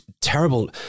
terrible